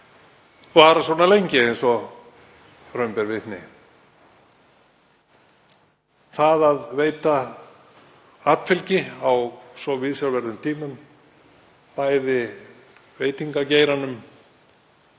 vara svona lengi eins og raun ber vitni. Það að veita atfylgi á svo viðsjárverðum tímum bæði veitingageiranum,